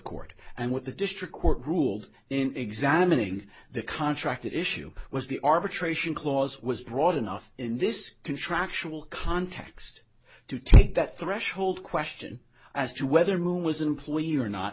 court and what the district court ruled in examining the contract issue was the arbitration clause was broad enough in this contractual context to take that threshold question as to whether moon was an employee or not